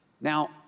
Now